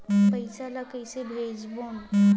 पईसा ला कइसे भेजबोन?